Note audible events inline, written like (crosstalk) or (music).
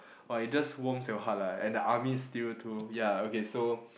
(breath) !wah! it just warms your heart lah and the army stew too ya okay so